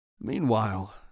Meanwhile